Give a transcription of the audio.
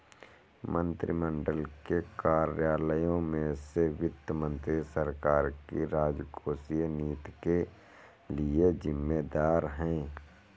मंत्रिमंडल के कार्यालयों में से वित्त मंत्री सरकार की राजकोषीय नीति के लिए जिम्मेदार है